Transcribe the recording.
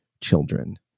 children